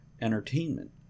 entertainment